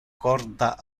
corda